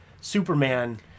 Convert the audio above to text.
Superman